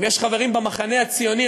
אם יש חברים במחנה הציוני,